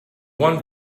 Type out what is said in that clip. one